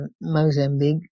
Mozambique